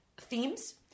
themes